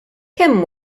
kemm